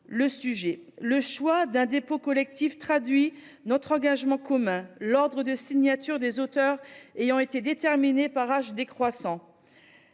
Le choix d’un dépôt collectif traduit notre engagement commun, l’ordre de signature des auteurs ayant été déterminé par âge décroissant.